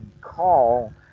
call